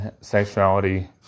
sexuality